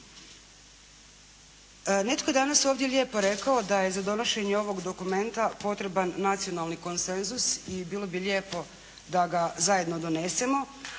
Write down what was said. Netko je danas ovdje lijepo rekao da je za donošenje ovog dokumenta potreban nacionalni konsenzus i bilo bi lijepo da ga zajedno donesemo,